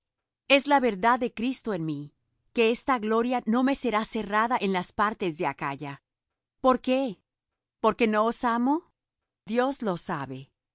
es la verdad de cristo en mí que esta gloria no me será cerrada en las partes de acaya por qué porque no os amo dios lo sabe